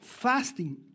Fasting